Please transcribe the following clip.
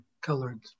colored